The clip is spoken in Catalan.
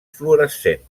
fluorescent